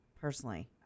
personally